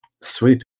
Sweet